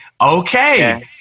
okay